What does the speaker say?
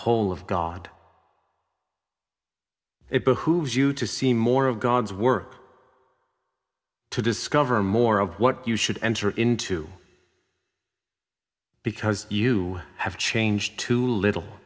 whole of god it behooves you to see more of god's work to discover more of what you should enter into because you have changed too little